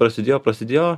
prasidėjo prasidėjo